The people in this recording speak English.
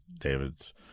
David's